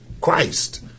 Christ